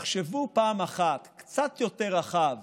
תחשבו פעם אחת קצת יותר רחב